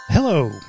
Hello